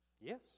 Yes